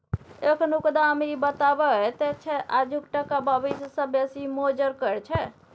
एखनुक दाम इ बताबैत छै आजुक टका भबिस सँ बेसी मोजर केर छै